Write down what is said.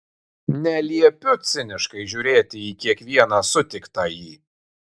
neliepiu ciniškai žiūrėti į kiekvieną sutiktąjį